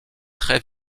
très